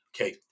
okay